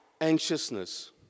anxiousness